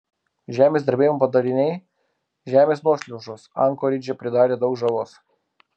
žemės drebėjimo padariniai žemės nuošliaužos ankoridže pridarė daug žalos